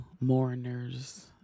mourners